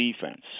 defense